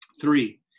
Three